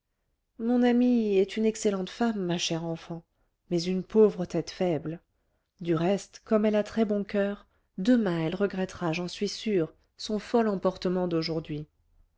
mon amie est une excellente femme ma chère enfant mais une pauvre tête faible du reste comme elle a très-bon coeur demain elle regrettera j'en suis sûre son fol emportement d'aujourd'hui